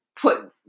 put